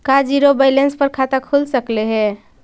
का zero balance पर खाता खुल सकले हे?